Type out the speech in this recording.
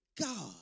God